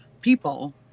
people